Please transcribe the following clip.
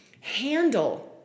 handle